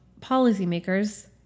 policymakers